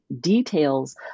details